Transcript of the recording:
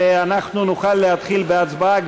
ונוכל להתחיל בהצבעה.